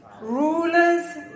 rulers